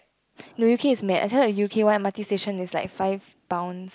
no U_K is mad I heard that U_K one M_R_T station is like five pounds